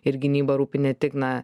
ir gynyba rūpi ne tik na